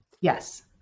Yes